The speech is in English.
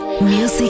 Music